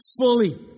fully